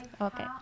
Okay